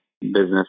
business